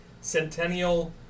Centennial